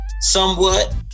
somewhat